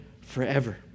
forever